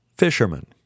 Fisherman